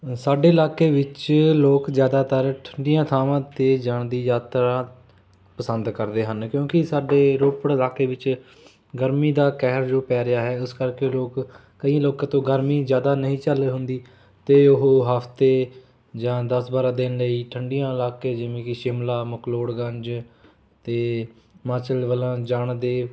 ਸਾਡੇ ਇਲਾਕੇ ਵਿੱਚ ਲੋਕ ਜ਼ਿਆਦਾਤਰ ਠੰਡੀਆਂ ਥਾਵਾਂ 'ਤੇ ਜਾਣ ਦੀ ਯਾਤਰਾ ਪਸੰਦ ਕਰਦੇ ਹਨ ਕਿਉਂਕਿ ਸਾਡੇ ਰੋਪੜ ਇਲਾਕੇ ਵਿੱਚ ਗਰਮੀ ਦਾ ਕਹਿਰ ਜੋ ਪੈ ਰਿਹਾ ਹੈ ਉਸ ਕਰਕੇ ਲੋਕ ਕਈ ਲੋਕਾਂ ਤੋਂ ਗਰਮੀ ਜ਼ਿਆਦਾ ਨਹੀਂ ਝੱਲ ਹੁੰਦੀ ਅਤੇ ਉਹ ਹਫ਼ਤੇ ਜਾਂ ਦਸ ਬਾਰਾਂ ਦਿਨ ਲਈ ਠੰਢੀਆਂ ਇਲਾਕੇ ਜਿਵੇਂ ਕਿ ਸ਼ਿਮਲਾ ਮਕਲੋੜਗੰਜ ਅਤੇ ਹਿਮਾਚਲ ਵੱਲ ਜਾਣ ਦੇ